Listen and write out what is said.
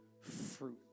fruit